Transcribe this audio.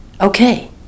Okay